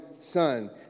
son